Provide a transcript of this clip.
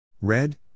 Red